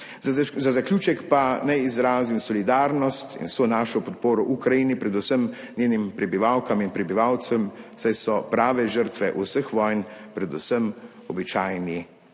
Za zaključek pa naj izrazim solidarnost in vso našo podporo Ukrajini, predvsem njenim prebivalkam in prebivalcem, saj so prave žrtve vseh vojn predvsem običajni,